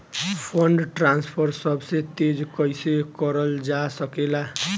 Fund transfer सबसे तेज कइसे करल जा सकेला?